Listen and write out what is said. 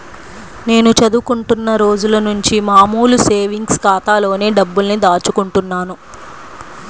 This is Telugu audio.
నేను చదువుకుంటున్న రోజులనుంచి మామూలు సేవింగ్స్ ఖాతాలోనే డబ్బుల్ని దాచుకుంటున్నాను